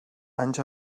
anys